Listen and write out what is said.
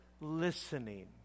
listening